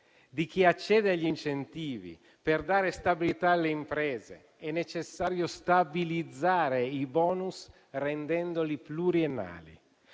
di chi accede agli incentivi, per dare stabilità alle imprese è necessario stabilizzare i *bonus* rendendoli pluriennali.